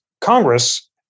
Congress